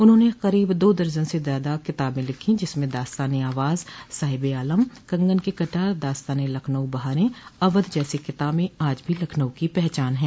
उन्होंने करीब दो दर्जन से ज्यादा किताबे लिखी जिसमें दास्तान ए आवाज साहिबे आलम कंगन के कटार दस्ताने लखनऊ बहारे अवध जैसी किताबें आज भी लखनऊ की पहचान है